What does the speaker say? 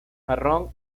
marrón